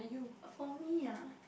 for me ah